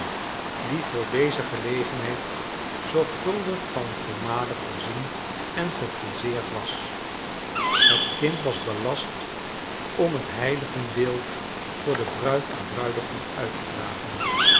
die voor deze gelegenheid zorgvuldig van pommade voorzien en gefriseerd was het kind was belast om het heiligenbeeld voor bruid en bruidegom uit te dragen